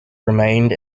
remained